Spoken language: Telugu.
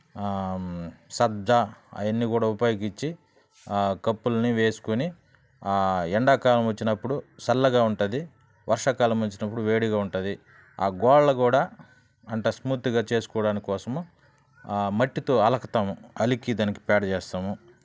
సబ్జా అవి అన్ని కూడా ఉపయోగించి కప్పులని వేసుకుని ఎండాకాలం వచ్చినప్పుడు చల్లగా ఉంటుంది వర్షాకాలం వచ్చినప్పుడు వేడిగా ఉంటుంది ఆ గోడలు కూడా అంటే స్మూత్గా చేసుకోవడం కోసము మట్టితో అలుకుతాము అలికి దానికి పేడ చేస్తాము